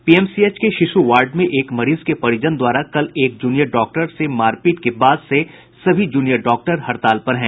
PMCH के शिशु ward में एक मरीज के परिजन द्वारा कल एक जूनियर डॉक्टर से मारपीट के बाद से सभी जूनियर डॉक्टर हड़ताल पर हैं